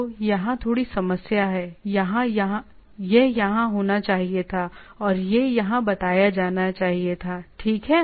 तो यहां थोड़ी समस्या है यह यहाँ होना चाहिए था और यह यहाँ बताया जाना चाहिए ठीक है